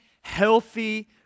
healthy